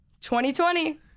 2020